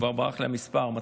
כבר ברח לי המספר,